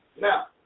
Now